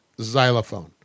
Xylophone